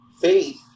faith